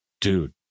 dude